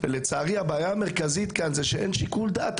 לצערי הבעיה המרכזית כאן היא שאין שיקול דעת.